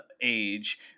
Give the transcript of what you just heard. age